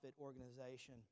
organization